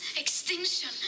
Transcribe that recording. extinction